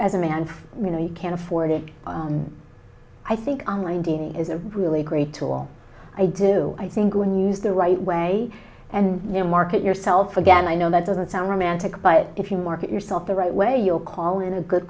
man you know you can afford it i think online dating is a really great tool i do i think when you use the right way and then market yourself again i know that doesn't sound romantic but if you market yourself the right way you'll call in a good